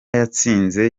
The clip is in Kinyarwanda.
yatsinze